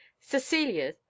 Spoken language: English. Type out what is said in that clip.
cecilia